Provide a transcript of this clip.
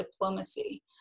diplomacy